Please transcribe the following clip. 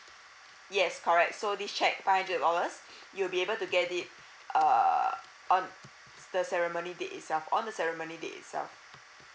yes correct so this cheque five hundred dollars you'll be able to get it err on ce~ the ceremony date itself on the ceremony date itself